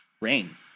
Rain